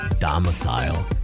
domicile